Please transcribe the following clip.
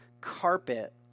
carpet